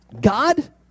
God